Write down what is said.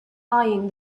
eyeing